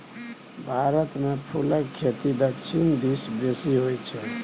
भारतमे फुलक खेती दक्षिण दिस बेसी होय छै